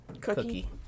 cookie